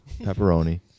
pepperoni